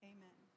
Amen